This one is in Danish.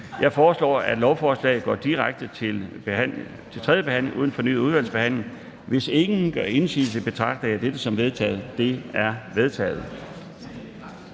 Jeg foreslår, at lovforslaget går direkte til tredje behandling uden fornyet udvalgsbehandling. Hvis ingen gør indsigelse i dette, betragter jeg det som vedtaget. Det er vedtaget.